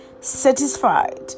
satisfied